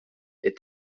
est